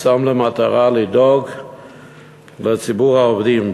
הוא שם לו מטרה לדאוג לציבור העובדים.